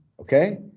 okay